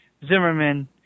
Zimmerman